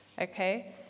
okay